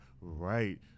right